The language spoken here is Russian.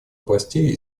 областей